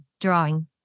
drawing